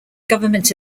government